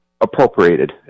appropriated